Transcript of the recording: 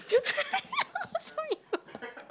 what's wrong with you